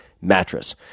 Mattress